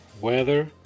weather